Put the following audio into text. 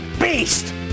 beast